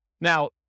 Now